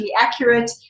accurate